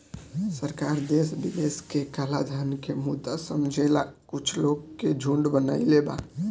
सरकार देश विदेश के कलाधन के मुद्दा समझेला कुछ लोग के झुंड बनईले बा